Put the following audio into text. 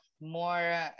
more